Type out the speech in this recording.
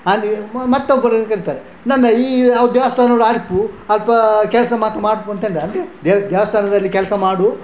ಹಾಗೆ ಮತ್ತೊಬ್ಬರ್ನ ಕರಿತಾರೆ ಇಂದಂಬೆ ಈ ಅವು ದೇವಸ್ಥಾನುಡು ಅಡಪು ಅಲ್ಪ ಕೆಲ್ಸ ಮತ್ತೆ ಮಾಡ್ಪು ಅಂತಂದ ಅಂದರೆ ದೇವ ದೇವಸ್ಥಾನದಲ್ಲಿ ಕೆಲಸ ಮಾಡು